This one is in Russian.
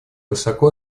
высоко